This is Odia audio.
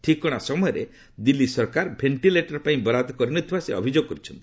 ଠିକଣା ସମୟରେ ଦିଲ୍ଲୀ ସରକାର ଭେଷ୍ଟିଲେଟର୍ ପାଇଁ ବରାଦ କରି ନ ଥିବା ସେ ଅଭିଯୋଗ କରିଛନ୍ତି